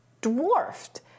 dwarfed